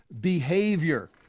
behavior